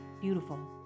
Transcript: beautiful